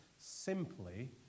simply